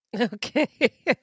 Okay